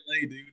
dude